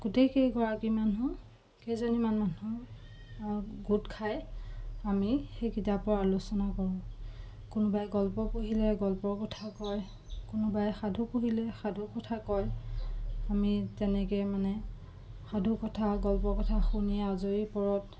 গোটেইকেইগৰাকী মানুহ কেইজনীমান মানুহ গোট খাই আমি সেই কিতাপৰ আলোচনা কৰোঁ কোনোবাই গল্প পঢ়িলে গল্পৰ কথা কয় কোনোবাই সাধু পঢ়িলে সাধু কথা কয় আমি তেনেকৈ মানে সাধু কথা গল্পৰ কথা শুনি আজৰি পৰত